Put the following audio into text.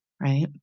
right